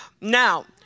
Now